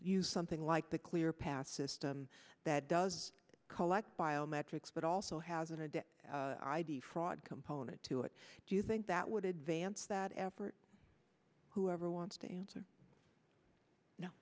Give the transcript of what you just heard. use something like the clear path system that does collect biometrics but also has a de id fraud component to it do you think that would advance that effort whoever wants to answer no